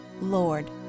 Lord